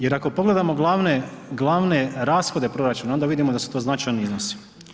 Jer ako pogledamo glavne, glavne rashode proračuna onda vidimo da su to značajni iznosi.